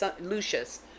Lucius